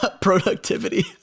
productivity